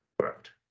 Correct